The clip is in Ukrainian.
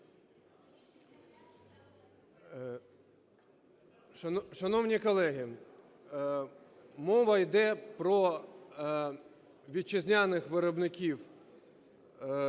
Шановні колеги, мова йде про вітчизняних виробників